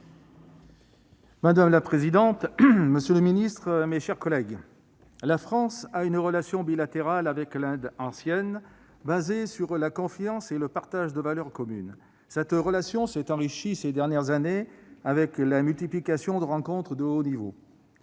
Madame la présidente, monsieur le secrétaire d'État, mes chers collègues, la France entretient avec l'Inde une relation bilatérale ancienne, fondée sur la confiance et le partage de valeurs communes. Cette relation s'est enrichie ces dernières années, avec la multiplication de rencontres de haut niveau.